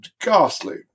ghastly